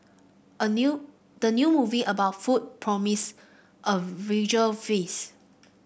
a new the new movie about food promise a visual feast